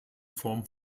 form